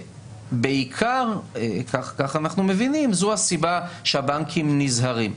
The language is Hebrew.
בעיקר, כך אנחנו מבינים, זו הסיבה שהבנקים נזהרים.